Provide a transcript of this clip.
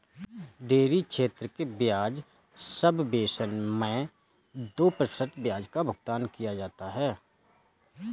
dairy क्षेत्र के ब्याज सबवेसन मैं दो प्रतिशत ब्याज का भुगतान किया जाता है